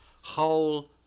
Whole